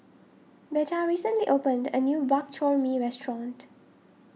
Veta recently opened a new Bak Chor Mee restaurant